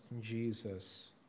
Jesus